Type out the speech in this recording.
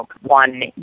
one